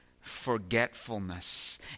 forgetfulness